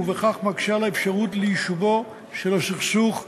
ובכך מקשה את האפשרות ליישובו של הסכסוך האישי-רגשי.